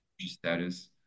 status